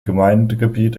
gemeindegebiet